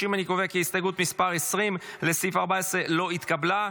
30. אני קובע כי הסתייגות 20 לסעיף 14 לא התקבלה.